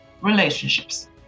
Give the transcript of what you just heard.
relationships